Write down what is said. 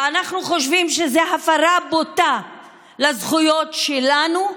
ואנחנו חושבים שזאת הפרה בוטה של הזכויות שלנו.